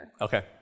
Okay